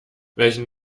welchen